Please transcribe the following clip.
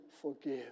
forgive